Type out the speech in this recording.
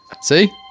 See